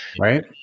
Right